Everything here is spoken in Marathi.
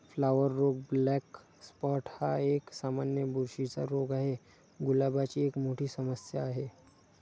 फ्लॉवर रोग ब्लॅक स्पॉट हा एक, सामान्य बुरशीचा रोग आहे, गुलाबाची एक मोठी समस्या आहे